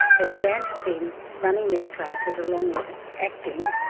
ah jan had been running these classes along with acting,